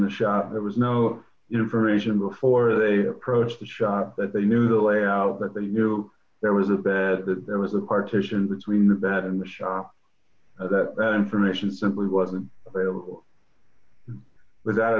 the shop there was no information before they approach the shop that they knew the layout that they knew there was a bed that there was a partition between the bed and the shop that that information simply wasn't available